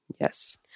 Yes